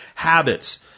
Habits